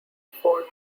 ford